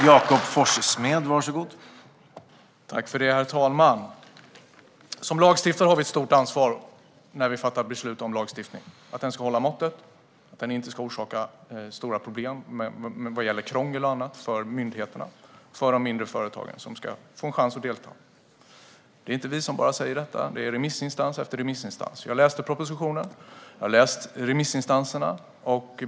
Herr talman! Som lagstiftare har vi ett stort ansvar när vi fattar beslut om lagstiftning. Den ska hålla måttet, och den ska inte orsaka stora problem med krångel och annat för myndigheterna och för de mindre företag som ska få en chans att delta. Det är inte bara vi som säger detta, utan det sägs av remissinstans efter remissinstans. Jag har läst propositionen. Jag har också läst remissvaren.